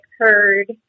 heard